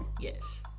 Yes